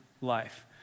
life